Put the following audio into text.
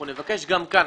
אנחנו נבקש גם כאן.